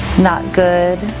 not good,